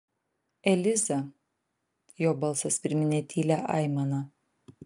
eliza jo balsas priminė tylią aimaną